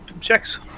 Checks